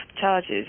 charges